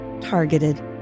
Targeted